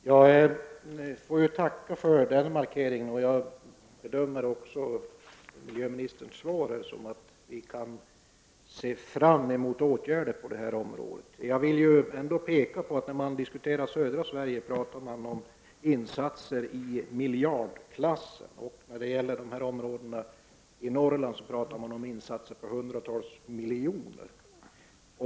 Herr talman! Jag får tacka för den markeringen, och jag uppfattar också miljöministerns svar så, att vi kan se fram emot åtgärder på det här området. Jag vill ändå peka på att man när det gäller södra Sverige talar om insatser i miljardklassen medan man beträffande Norrland talar om insatser för hundratals miljoner.